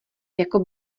jako